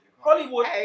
Hollywood